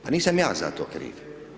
Pa nisam ja za to kriv.